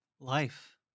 Life